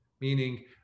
meaning